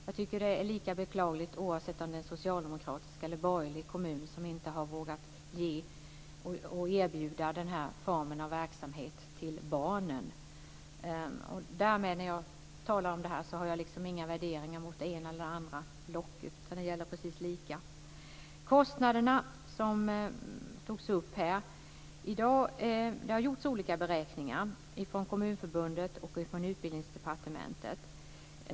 Jag tycker det är lika beklagligt oavsett om det är en socialdemokratisk eller borgerlig kommun som inte har vågat erbjuda den här formen av verksamhet till barnen. När jag talar om det här gör jag inga värderingar till förmån för det ena eller det andra blocket. Det gäller precis lika. Kostnaderna togs upp här. Det har gjorts olika beräkningar av Kommunförbundet och Utbildningsdepartementet.